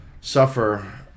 suffer